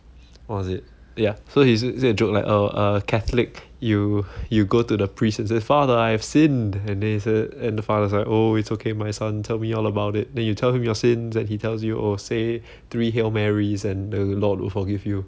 what was it ya so he s~ said a joke like err err catholic you you go to the priest and say father I have sinned and then he said and the father's like oh it's okay my son tell me all about it then you tell him your sins and he tells you oh say three hail marys and the lord will forgive you